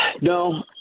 No